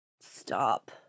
Stop